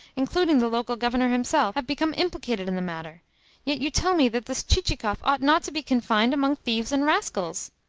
including the local governor himself, have become implicated in the matter. yet you tell me that this chichikov ought not to be confined among thieves and rascals!